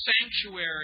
sanctuary